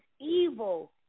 evil